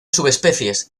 subespecies